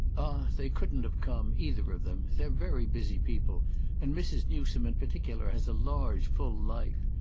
they couldn't have come either of them. they're very busy people and mrs. newsome in particular has a large full life.